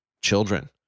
children